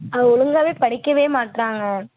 அவன் ஒழுங்காவே படிக்கவே மாட்டேறாங்க